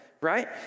right